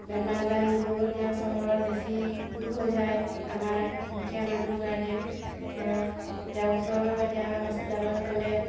বেমাৰ যাৰ নিবলৈ এতিয়া চহৰত বেছি দূৰ হৈ যায় আমাৰ দুখীয়া মানুহ কাৰণে ধৰক এতিয়া ওচৰৰ এতিয়া হস্পিটেলত গ'লে